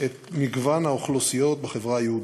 את מגוון האוכלוסיות בחברה היהודית.